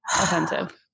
Offensive